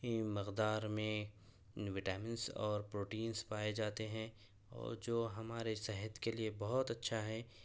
مقدار میں وٹامنس اور پروٹینس پائے جاتے ہیں اور جو ہمارے صحت کے لیے بہت اچھا ہے